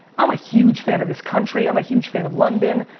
i'm a huge fan of this country. i'm a huge fan of london.